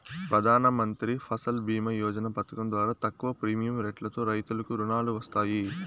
ప్రధానమంత్రి ఫసల్ భీమ యోజన పథకం ద్వారా తక్కువ ప్రీమియం రెట్లతో రైతులకు రుణాలు వస్తాయి